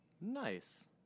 Nice